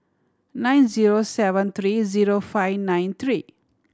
nine zero seven three zero five nine three